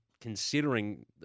considering